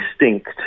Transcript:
instinct